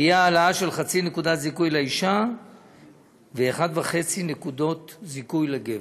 תהיה העלאה של 0.5 נקודת זיכוי לאישה ו-1.5 נקודת זיכוי לגבר,